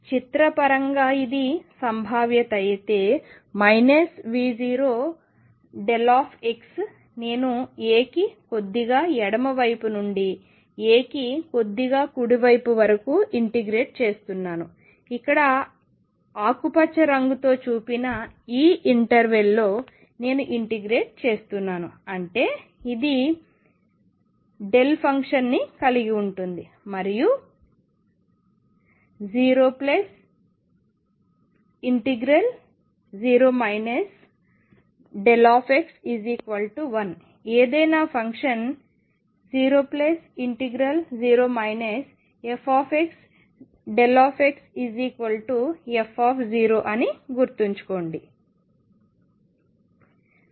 చిత్రపరంగా ఇది సంభావ్యత అయితే V0δ నేను a కి కొద్దిగా ఎడమ వైపు నుండి a కి కొద్దిగా కుడి వైపు వరకు ఇంటిగ్రేట్ చేస్తున్నాను ఇక్కడ ఆకుపచ్చ రంగుతో చూపిన ఈ ఇంటర్వెల్ లో నేను ఇంటిగ్రేట్ చేస్తున్నాను అంటే ఇది ఫంక్షన్ని కలిగి ఉంటుంది మరియు 0 0x1 ఏదైనా ఫంక్షన్ 0 0fδxf అని గుర్తుంచుకోండి